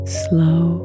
slow